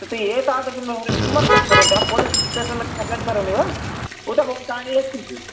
ते एतादृशं व्यवहारं किमर्थं कुर्वन्ति अहं पोलीस् श्टेशन् म कम्प्लेण्ड् करोमि वा उत भवन्तः आनीय यच्छन्ति वा